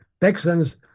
Texans